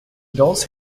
adults